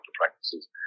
practices